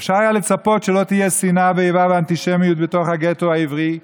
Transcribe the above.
אפשר היה לצפות שלא תהיה שנאה ואיבה ואנטישמיות בתוך הגטו העברי,